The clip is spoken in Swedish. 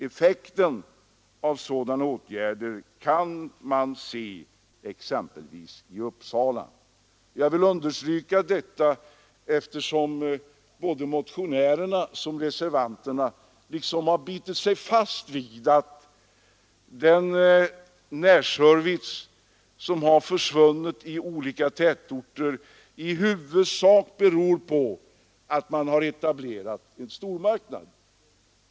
Effekten av sådana åtgärder kan man iaktta exempelvis i Uppsala. Jag vill understryka detta, eftersom både motionärerna och reservanterna har bitit sig fast vid att den huvudsakliga orsaken till att närservicen har försvunnit i olika tätorter är att stormarknader har etablerats.